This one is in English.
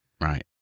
right